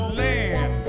land